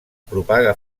propaga